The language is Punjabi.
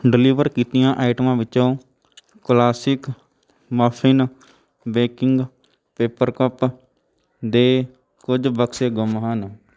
ਡਿਲੀਵਰ ਕੀਤੀਆਂ ਆਈਟਮਾਂ ਵਿੱਚੋਂ classic muffin baking paper cup ਦੇ ਕੁਝ ਬਕਸੇ ਗੁੰਮ ਹਨ